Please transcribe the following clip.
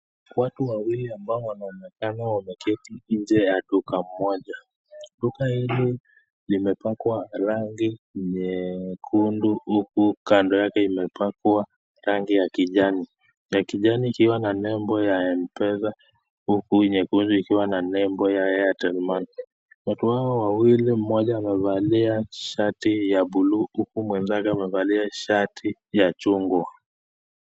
Watu wawili ambao wanaonekana wameketi nje ya duka moja. Duka hili limepakwa rangi nyekundu huku kando yake imepakwa rangi ya kijani. Ya kijani ikiwa na nembo ya m-pesa, huku nyekundu ikiwa na nembo ya [airtel money]. Watu hawa wawili, mmoja amevalia shati ya blue , huku mwenzake amevalia shati ya chungwa.